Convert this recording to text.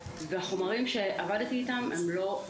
אני צריכה משאף לכל החיים והחומרים שעבדתי איתם הם לא פה.